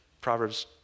Proverbs